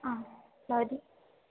हा भवति